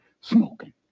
smoking